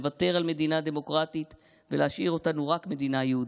לוותר על מדינה דמוקרטית ולהשאיר אותנו רק מדינה יהודית.